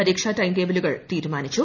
പരീക്ഷാ ടൈംടേബിളുകൾ തീരുമാനിച്ചു